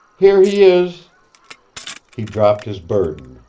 here he is he dropped his burden,